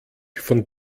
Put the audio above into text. von